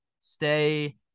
stay